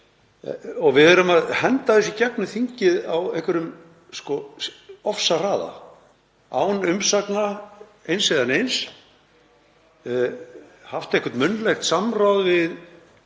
og við erum að henda þessu í gegnum þingið á einhverjum ofsahraða án umsagna eins eða neins. Eitthvert munnlegt samráð